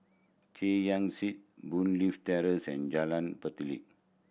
Chay Yan Street Boon Leat Terrace and Jalan